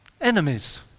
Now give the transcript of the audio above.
enemies